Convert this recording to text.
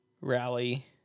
rally